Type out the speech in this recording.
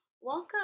Welcome